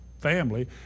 family